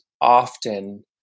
often